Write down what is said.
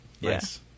yes